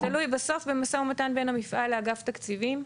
זה תלוי בסוף במשא ומתן בין המפעל לאגף תקציבים.